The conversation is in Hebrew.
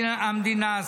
נשיא המדינה,